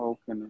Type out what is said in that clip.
Okay